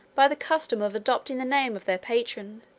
by the custom of adopting the name of their patron,